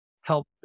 help